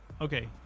Okay